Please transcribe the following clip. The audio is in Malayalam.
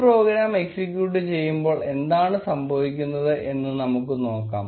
ഈ പ്രോഗ്രാം എക്സിക്യൂട്ട് ചെയ്യുമ്പോൾ എന്താണ് സംഭവിക്കുന്നതെന്ന് നമുക്ക് നോക്കാം